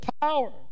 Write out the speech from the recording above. power